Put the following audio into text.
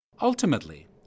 Ultimately